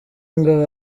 ngo